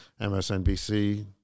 msnbc